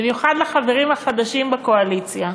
במיוחד לחברים החדשים בקואליציה.